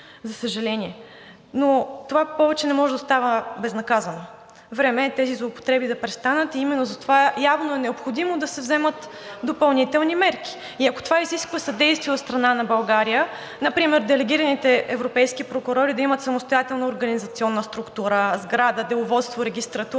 за съжаление. Но това повече не може да остава безнаказано. Време е тези злоупотреби да престанат и именно затова явно е необходимо да се вземат допълнителни мерки. Ако това изисква съдействие от страна на България, например делегираните европейски прокурори да имат самостоятелна организационна структура: сграда, деловодство, регистратура,